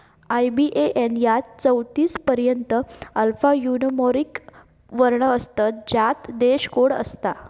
IBAN यात चौतीस पर्यंत अल्फान्यूमोरिक वर्ण असतत ज्यात देश कोड असता